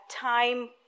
time